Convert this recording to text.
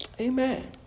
Amen